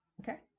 Okay